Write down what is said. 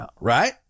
right